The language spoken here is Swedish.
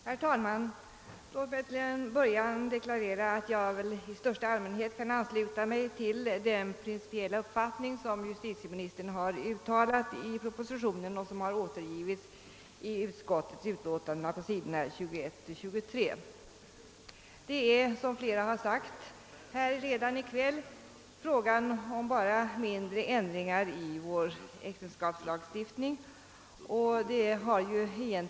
Herr talman! Låt mig till en början deklarera att jag i största allmänhet kan ansluta mig till den principiella uppfattning, som justitieministern har uttalat i propositionen och som har återgivits i utskottets utlåtande på s. 21—23. Det är, som flera talare redan har sagt i kväll, bara fråga om mindre ändringar i vår äktenskapslagstiftning.